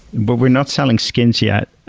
but we're not selling skins yet,